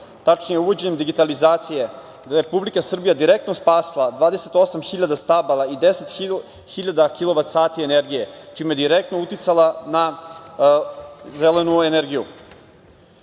tačnije uvođenjem digitalizacije Republika Srbija je direktno spasla 28.000 stabala i 10.000 kilovat sati energije, čime je direktno uticala na zelenu energiju. Želeo